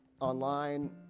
online